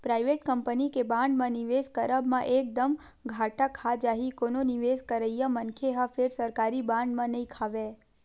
private company के bond म निवेस करब म एक दम घाटा खा जाही कोनो निवेस करइया मनखे ह फेर सरकारी बांड म नइ खावय